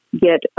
get